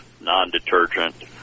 non-detergent